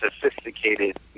sophisticated